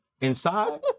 inside